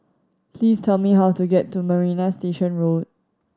please tell me how to get to Marina Station Road